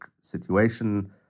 situation